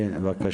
גור.